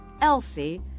Elsie